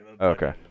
Okay